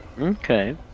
okay